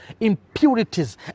impurities